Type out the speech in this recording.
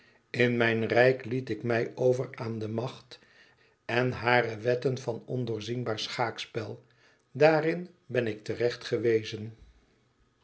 in mijn rijk liet ik mij over aan de macht en hare wetten van ondoorzienbaar schaakspel daarin ben ik terecht gewezen